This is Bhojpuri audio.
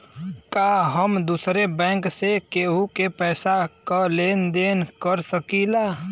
का हम दूसरे बैंक से केहू के पैसा क लेन देन कर सकिला?